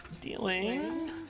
Dealing